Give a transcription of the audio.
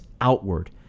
outward